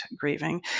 grieving